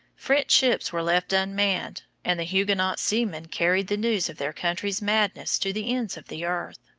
french ships were left unmanned, and the huguenot seamen carried the news of their country's madness to the ends of the earth.